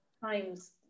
times